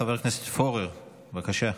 חבר הכנסת פורר, בבקשה.